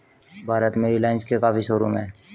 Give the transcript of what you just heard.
भारत में रिलाइन्स के काफी शोरूम हैं